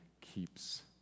keeps